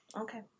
Okay